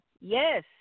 yes